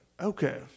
okay